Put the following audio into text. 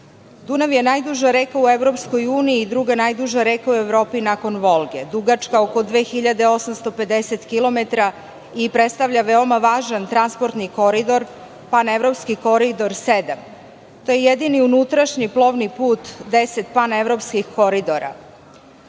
Dunav je najduža reka u EU i druga najduža reka u Evropi nakon Volge, dugačka oko 2850 kilometara i predstavlja veoma važan transportni koridor, Panevropski koridor 7.To je jedini unutrašnji plovni put 10 Panevropskih koridora.